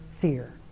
fear